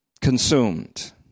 Consumed